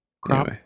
Crop